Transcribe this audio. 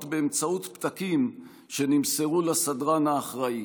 באמצעות פתקים שנמסרו לסדרן האחראי.